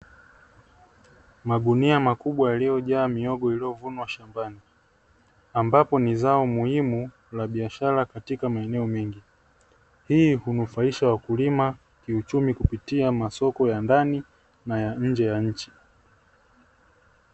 Magunia makubwa yaliyojaa mihogo iliyovunwa shambani, ambapo ni zao muhimu la biashara katika maeneo mengi. Hii hunufaisha wakulima kiuchumi kupitia masoko ya ndani, na ya nje ya nchi.